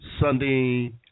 Sunday